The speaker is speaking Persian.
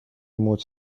موج